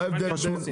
לא משנה.